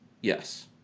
Yes